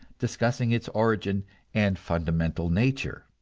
discussing its origin and fundamental nature.